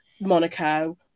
Monaco